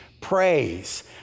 praise